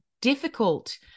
difficult